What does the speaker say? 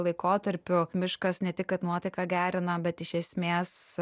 laikotarpiu miškas ne tik kad nuotaiką gerina bet iš esmės